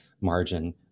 margin